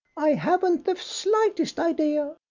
i haven't the slightest idea.